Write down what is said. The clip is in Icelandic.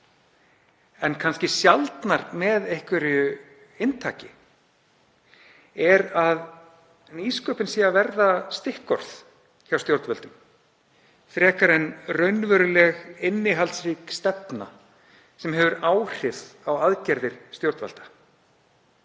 en kannski sjaldnar með einhverju inntaki, er að nýsköpun sé að verða stikkorð hjá stjórnvöldum frekar en raunveruleg innihaldsrík stefna sem hefur áhrif á aðgerðir stjórnvalda.